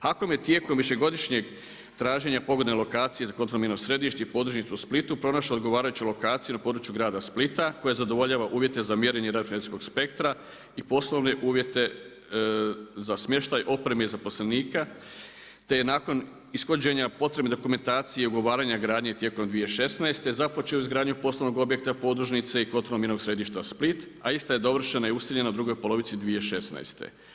HAKOM je tijekom višegodišnjeg traženja pogodne lokacije za kontrolomjerno središte i podružnicu u Splitu pronašlo odgovarajuću lokaciju na području grada Splita koja zadovoljava uvjete za mjerenje … spektra i poslovne uvjete za smještaj opreme i zaposlenika te je nakon ishođenja potrebne dokumentacije i ugovaranja gradnje tijekom 2016. započeo izgradnju poslovnog objekta podružnice i kontrolomjernog središta Split a ista je dovršena i … u drugoj polovici 2016.